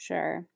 Sure